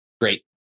Great